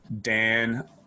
Dan